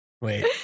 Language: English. Wait